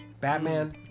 batman